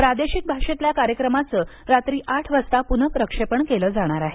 प्रादेशिक भाषेतल्या कार्यक्रमाचं रात्री आठ वाजता पुन्हा प्रक्षेपण केलं जाणार आहे